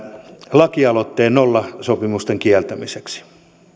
lakialoitteen nollasopimusten kieltämiseksi